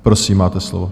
Prosím, máte slovo.